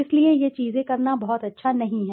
इसलिए ये चीजें करना बहुत अच्छा नहीं है